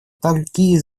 такие